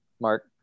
Mark